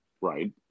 right